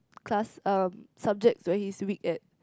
class um subjects where he's weak at